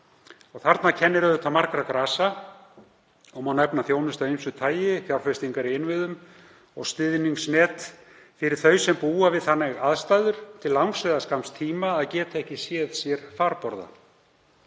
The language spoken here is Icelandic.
Þarna kennir margra grasa og má nefna þjónustu af ýmsu tagi, fjárfestingar í innviðum og stuðningsnet fyrir þau sem búa við þannig aðstæður til langs eða skamms tíma að geta ekki séð sér farborða.